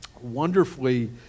wonderfully